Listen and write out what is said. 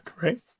right